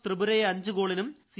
ത്രിപുരയെ അഞ്ച് ഗോളിനും സി